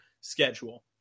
schedule